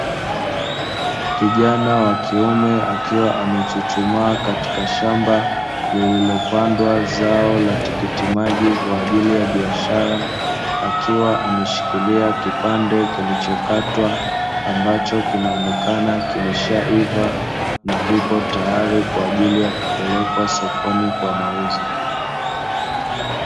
Kijana wa kiume akiwa amechuchumaa katika shamba lililopandwa zao la tikiti maji kwa ajili ya biashara, akiwa ameshikilia kipande kilichokatwa ambacho kinaonekana kimeisha iva na vipo tayari kwa ajili ya kupelekwa sokoni kwa mauzo.